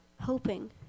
hoping